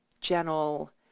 general